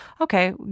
okay